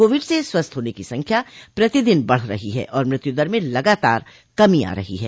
Covid से स्वस्थ होने की संख्या प्रतिदिन बढ़ रही है और मृत्युदर में लगाताार कमी आ रही है